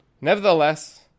Nevertheless